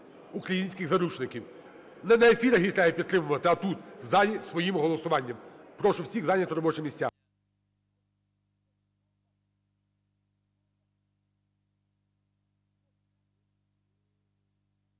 українських заручників. Не на ефірах їх треба підтримувати, а тут, в залі своїм голосуванням. Прошу всіх зайняти робочі місця.